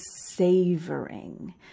savoring